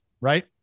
right